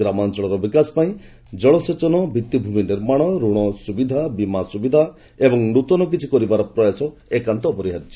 ଗ୍ରାମାଞ୍ଚଳର ବିକାଶ ପାଇଁ ଜଳସେଚନ ଭିଭିଭୂମି ନିର୍ମାଣ ଋଣ ସୁବିଧା ବୀମା ସୁବିଧା ଏବଂ ନୁଆ କିଛି କରିବାର ପ୍ରୟାସ ଏକାନ୍ତ ଅପରିହାର୍ଯ୍ୟ